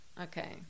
Okay